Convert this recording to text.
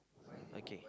okay